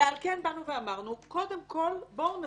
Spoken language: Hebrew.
יכול להיות